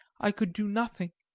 i could do nothing.